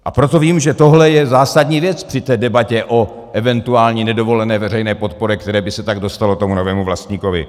A proto vím, že tohle je zásadní věc při debatě o eventuální nedovolené veřejné podpoře, které by se tak dostalo novému vlastníkovi.